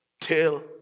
Till